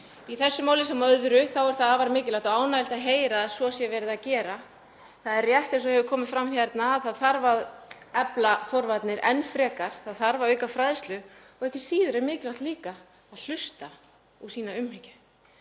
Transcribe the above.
Í þessu máli sem öðrum er það afar mikilvægt og ánægjulegt að heyra að svo sé verið að gera. Það er rétt, eins og hefur komið fram hérna, að það þarf að efla forvarnir enn frekar. Það þarf að auka fræðslu og ekki síður er mikilvægt að hlusta og sýna umhyggju